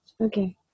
Okay